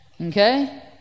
okay